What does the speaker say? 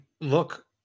look